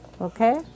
okay